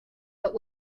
but